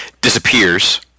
disappears